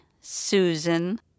Susan